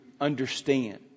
understand